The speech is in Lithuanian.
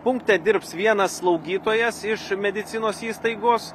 punkte dirbs vienas slaugytojas iš medicinos įstaigos